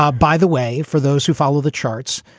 ah by the way, for those who follow the charts.